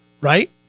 right